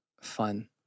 fun